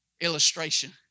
illustration